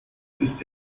ist